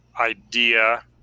idea